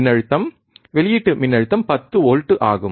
மின்னழுத்தம் வெளியீட்டு மின் அழுத்தம் 10 வோல்ட் ஆகும்